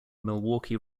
milwaukee